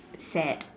sad